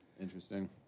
Interesting